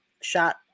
shot